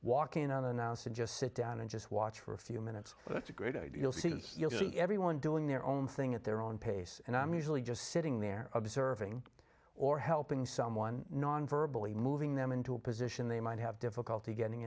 walk in on an ounce and just sit down and just watch for a few minutes that's a great everyone doing their own thing at their own pace and i'm usually just sitting there observing or helping someone nonverbally moving them into a position they might have difficulty getting